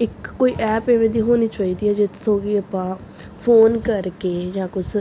ਇੱਕ ਕੋਈ ਐਪ ਇਵੇਂ ਦੀ ਹੋਣੀ ਚਾਹੀਦੀ ਹੈ ਜਿਹਦੇ ਤੋਂ ਕਿ ਆਪਾਂ ਫੋਨ ਕਰਕੇ ਜਾਂ ਕੁਛ